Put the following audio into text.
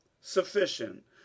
Sufficient